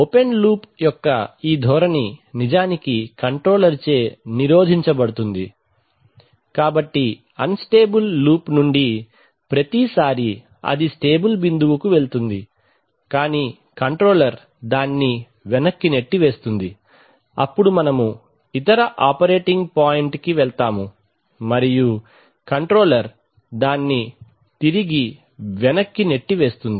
open loop యొక్క ఈ ధోరణి నిజానికి కంట్రోలర్ చే నిరోధించబడుతుంది కాబట్టి అన్ స్టేబుల్ లూప్ నుండి ప్రతిసారీ అది స్టేబుల్ బిందువుకు వెళుతుంది కానీ కంట్రోలర్ దాన్ని వెనక్కి నెట్టివేస్తుంది అప్పుడు మనము ఇతర ఆపరేటింగ్ పాయింట్కి వెళ్తాము మరియు కంట్రోలర్ దాన్ని తిరిగి వెనక్కి నెట్టివేస్తుంది